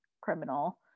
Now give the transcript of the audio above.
criminal